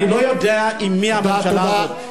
אני לא יודע עם מי הממשלה הזאת, תודה.